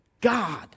God